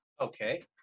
okay